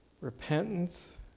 repentance